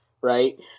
right